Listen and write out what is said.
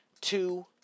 two